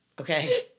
Okay